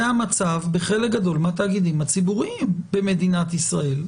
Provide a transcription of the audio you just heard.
זה המצב בחלק גדול מהתאגידים הציבוריים במדינת ישראל,